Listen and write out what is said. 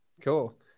cool